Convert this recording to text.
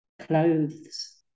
clothes